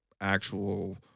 actual